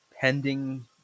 pending